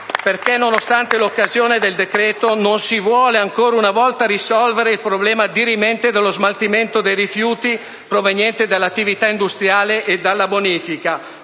perché, nonostante l'occasione del decreto, non si vuole ancora una volta risolvere il problema dirimente dello smaltimento dei rifiuti provenienti dall'attività industriale e dalla bonifica.